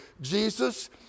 Jesus